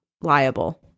liable